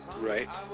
Right